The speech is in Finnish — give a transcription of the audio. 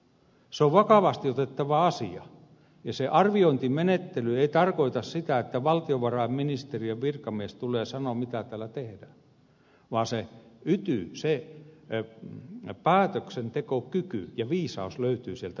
se on vakavasti otettava asia ja se arviointimenettely ei tarkoita sitä että valtiovarainministeriön virkamies tulee sanomaan mitä täällä tehdään vaan se yty se päätöksentekokyky ja viisaus löytyvät sieltä paikalliselta tasolta